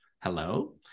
Hello